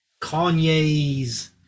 Kanye's